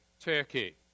Turkey